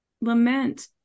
Lament